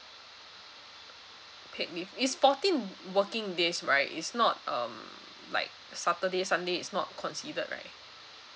paid with it's fourteen working days right is not um like saturday sunday is not considered right